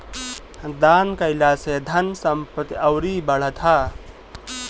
दान कईला से धन संपत्ति अउरी बढ़त ह